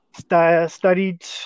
studied